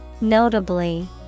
Notably